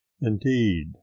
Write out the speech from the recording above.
INDEED